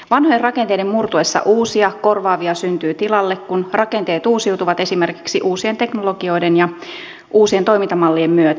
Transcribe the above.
vanhojen rakenteiden murtuessa uusia korvaavia syntyy tilalle kun rakenteet uusiutuvat esimerkiksi uusien teknologioiden ja uusien toimintamallien myötä